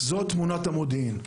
זאת תמונת המודיעין.